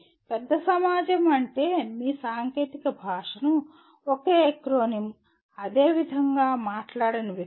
పెద్ద సమాజం అంటే మీ సాంకేతిక భాషను ఒకే ఎక్రోనిం అదే విధంగా మాట్లాడని వ్యక్తులు